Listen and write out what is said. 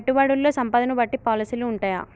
పెట్టుబడుల్లో సంపదను బట్టి పాలసీలు ఉంటయా?